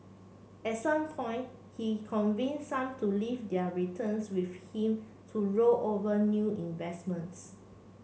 at some point he convinced some to leave their returns with him to roll over new investments